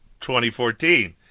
2014